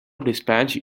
dispatched